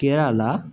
Kerala